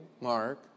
Mark